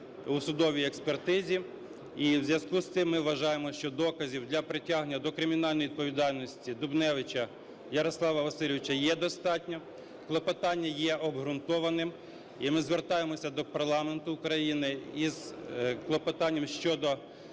у судовій експертизі. І у зв'язку з цим ми вважаємо, що доказів для притягнення до кримінальної відповідальності Дубневича Ярослава Васильовича є достатньо. Клопотання є обґрунтованим, і ми звертаємося до парламенту України із клопотанням щодо